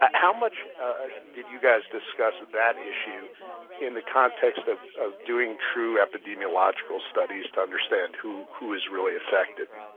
how much did you guys discuss that issue in the context of of doing true epidemiological studies to understand who who is really affected?